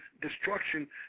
destruction